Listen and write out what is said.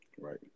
Right